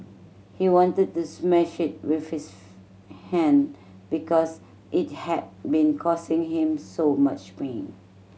he wanted to smash it with his hand because it had been causing him so much pain